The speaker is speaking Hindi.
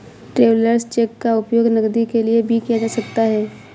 ट्रैवेलर्स चेक का उपयोग नकदी के लिए भी किया जा सकता है